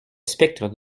spectre